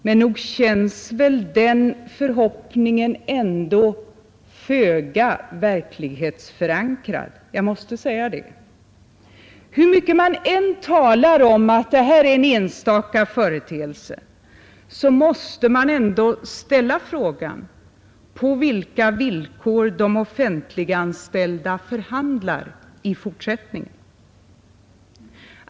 Men nog känns den förhoppningen föga verklighetsförankrad. Jag måste säga det. Hur mycket man än talar om att detta är en enstaka företeelse, måste man fråga sig på vilka villkor de offentliganställda förhandlar i fortsättningen.